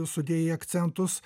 sudėjai akcentus